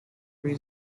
three